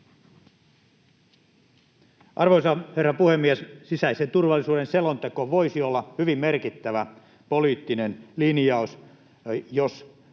Arvoisa herra puhemies! Sisäisen turvallisuuden selonteko voisi olla hyvin merkittävä poliittinen linjaus, jos